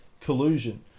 collusion